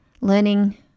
learning